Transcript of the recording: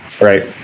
Right